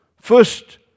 First